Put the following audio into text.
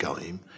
game